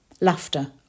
Laughter